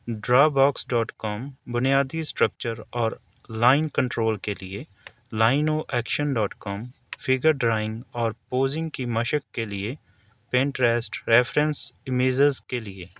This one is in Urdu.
ڈرا باکس ڈاٹ کام بنیادی اسٹرکچر اور لائن کنٹرول کے لیے لائن و action dot com figure drawing اور پوزنگ کی مشق کے لیے پینٹریسٹ ریفرینس امیزز کے لیے